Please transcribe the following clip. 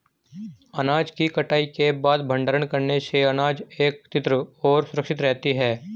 अनाज की कटाई के बाद भंडारण करने से अनाज एकत्रितऔर सुरक्षित रहती है